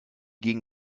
gegen